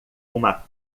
uma